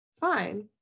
fine